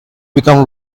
become